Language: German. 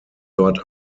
dort